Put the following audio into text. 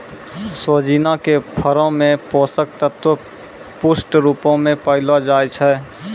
सोजिना के फरो मे पोषक तत्व पुष्ट रुपो मे पायलो जाय छै